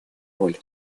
роль